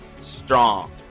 strong